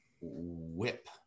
whip